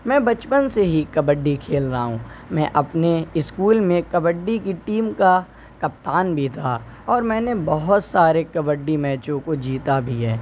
میں بچپن سے ہی کبڈی کھیل رہا ہوں میں اپنے اسکول میں کبڈی کی ٹیم کا کپتان بھی تھا اور میں نے بہت سارے کبڈی میچوں کو جیتا بھی ہے